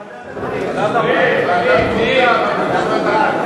לדיון מוקדם בוועדה שתקבע ועדת הכנסת נתקבלה.